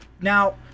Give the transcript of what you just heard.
Now